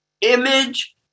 Image